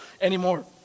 anymore